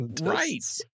right